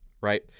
right